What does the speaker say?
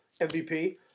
MVP